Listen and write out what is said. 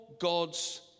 God's